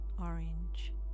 orange